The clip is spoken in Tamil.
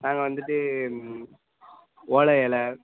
நாங்கள் வந்துட்டு ஓலை இல